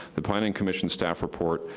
the planning commission staff report,